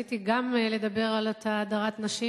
רציתי לדבר על הדרת נשים,